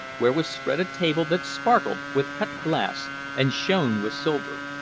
where was spread a table that sparkled with cut glass and shone with silver.